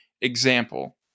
example